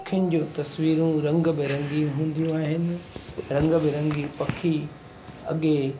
पखियुनि जी तस्वीरूं रंग बिरंगियूं हूंदियूं आहिनि रंग बिरंगी पखी अॻे